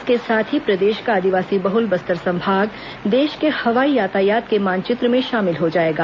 इसके साथ ही प्रदेश का आदिवासी बहल बस्तर संभाग देश के हवाई यातायात के मानचित्र में शामिल हो जाएगा